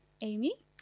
Amy